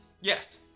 Yes